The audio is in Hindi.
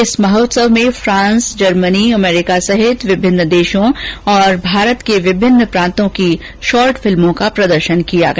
इस महोत्सव में फ्रांस जर्मनी अमेरिका सहित विभिन्न देशों और भारत के विभिन्न प्रांतों की शॉर्ट फिल्मों का प्रदर्शन किया गया